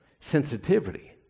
sensitivity